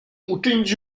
uczynić